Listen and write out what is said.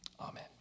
Amen